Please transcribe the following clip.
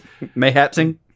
Mayhapsing